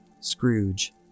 Scrooge